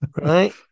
right